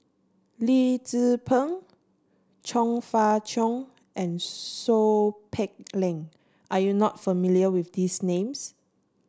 Lee Tzu Pheng Chong Fah Cheong and Seow Peck Leng are you not familiar with these names